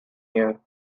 year